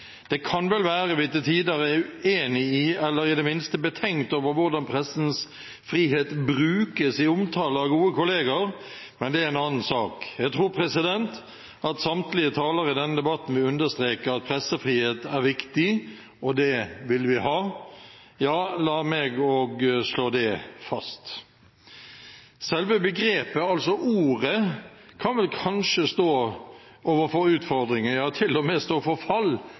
Det kan vel være vi til tider er uenig i, eller i det minste betenkt over, hvordan pressens frihet brukes i omtale av gode kolleger, men det er en annen sak. Jeg tror samtlige talere i denne debatten vil understreke at pressefrihet er viktig, og at det vil vi ha. Ja, la også meg slå det fast. Selve begrepet, altså ordet «pressefrihet», kan vel kanskje stå overfor utfordringer, ja til og med stå for fall,